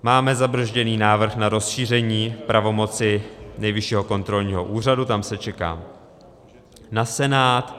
Máme zabrzděný návrh na rozšíření pravomoci Nejvyššího kontrolního úřadu, tam se čeká na Senát.